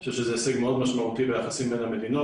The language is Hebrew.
אני חושב שזה הישג מאוד משמעותי ליחסים בין המדינות